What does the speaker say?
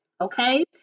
Okay